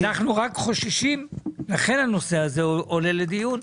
-- אנחנו רק חוששים ולכן הנושא הזה עולה לדיון.